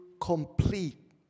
complete